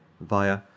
via